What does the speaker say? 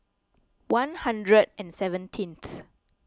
one hundred and seventeenth